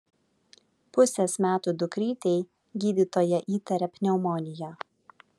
pusės metų dukrytei gydytoja įtaria pneumoniją